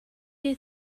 you